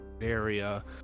area